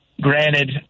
Granted